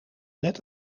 net